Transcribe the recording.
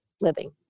living